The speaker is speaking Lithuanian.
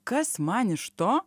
kas man iš to